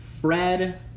Fred